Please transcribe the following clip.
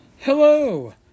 Hello